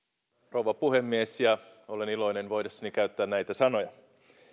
rouva puhemies ja olen iloinen voidessani käyttää näitä sanoja